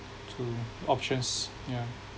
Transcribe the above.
to options yeah